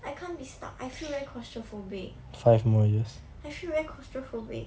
I can't be stuck I feel very claustrophobic I feel very claustrophobic